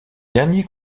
derniers